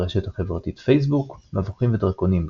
ברשת החברתית פייסבוק מבוכים ודרקונים,